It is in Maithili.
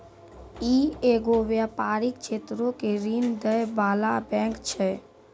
इ एगो व्यपारिक क्षेत्रो के ऋण दै बाला बैंक छै